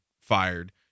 fired